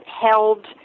held